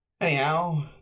Anyhow